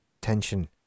tension